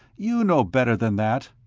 you know better than that!